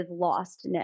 lostness